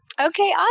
Okay